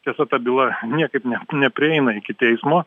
tiesa ta byla niekaip ne neprieina iki teismo